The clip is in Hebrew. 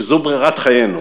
שזו בררת חיינו: